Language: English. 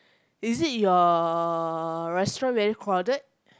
is it your restaurant very crowded